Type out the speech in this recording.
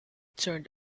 turned